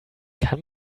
kann